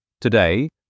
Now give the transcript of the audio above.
Today